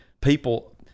people